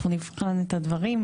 אנחנו נבחן את הדברים,